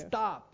Stop